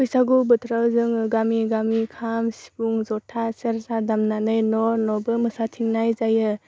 बैसागु बोथोराव जोङो गामि गामि खाम सिफुं ज'था सेरजा दामनानै न' न' बो मोसाथिंनाय जायो